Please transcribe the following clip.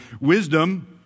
Wisdom